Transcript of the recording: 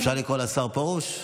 אפשר לקרוא לשר פרוש?